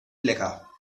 lecker